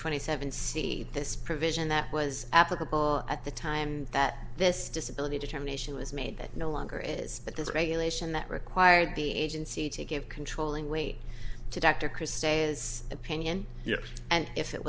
twenty seven see this provision that was applicable at the time that this disability determination was made that no longer is but this regulation that required the agency to give controlling weight to dr chris stay is opinion yes and if it